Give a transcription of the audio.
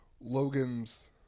Logan's